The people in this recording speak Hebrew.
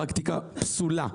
פרקטיקה פסולה.